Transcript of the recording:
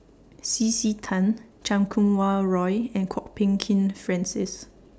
C C Tan Chan Kum Wah Roy and Kwok Peng Kin Francis